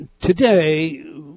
Today